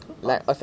so fast